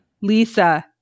Lisa